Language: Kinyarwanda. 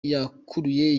yakuruye